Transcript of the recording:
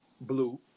Blue